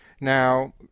Now